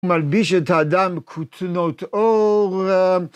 מלביש את האדם, כותנות עור.